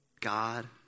God